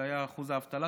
זה היה אחוז האבטלה,